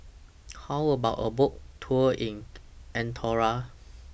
How about A Boat Tour in Andorra